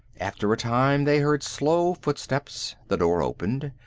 after a time they heard slow footsteps. the door opened.